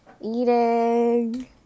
eating